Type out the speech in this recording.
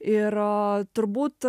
ir turbūt